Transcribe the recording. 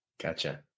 Gotcha